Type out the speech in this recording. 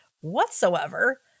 whatsoever